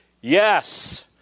yes